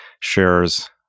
shares